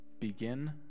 Begin